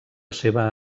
seva